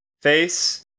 face